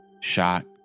Shot